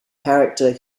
character